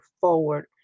forward